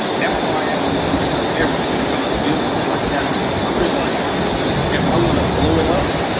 that's how i am when it comes to everything, when it comes to business, now adapt with it. i feel like if i wanna blow it up,